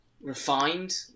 refined